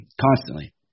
constantly